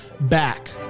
back